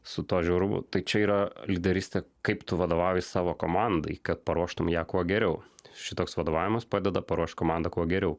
su tuo žiaurumu tai čia yra lyderystė kaip tu vadovauji savo komandai kad paruoštum ją kuo geriau šitoks vadovavimas padeda paruošt komandą kuo geriau